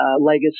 legacy